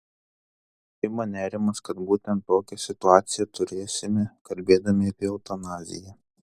ima nerimas kad būtent tokią situaciją turėsime kalbėdami apie eutanaziją